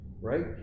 Right